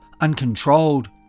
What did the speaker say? uncontrolled